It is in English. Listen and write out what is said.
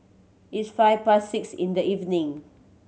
its five past six in the evening